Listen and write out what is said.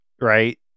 right